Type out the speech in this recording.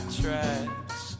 tracks